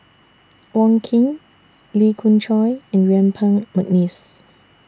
Wong Keen Lee Khoon Choy and Yuen Peng Mcneice